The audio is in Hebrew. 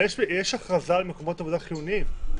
יש הכרזה על מקומות עבודה חיוניים.